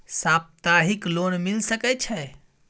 सप्ताहिक लोन मिल सके छै?